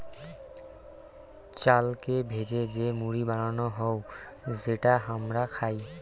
চালকে ভেজে যে মুড়ি বানানো হউ যেটা হামরা খাই